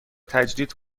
تجدید